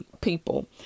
people